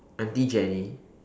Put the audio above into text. aunty Jenny